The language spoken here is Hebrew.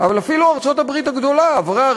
אבל אפילו ארצות-הברית הגדולה עברה,